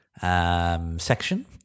section